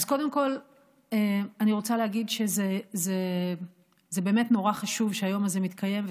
אז קודם כול אני רוצה להגיד שנורא חשוב שהיום הזה מתקיים,